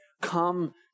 come